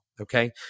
okay